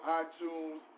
iTunes